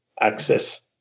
access